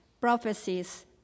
prophecies